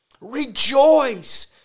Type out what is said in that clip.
Rejoice